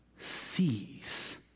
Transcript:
sees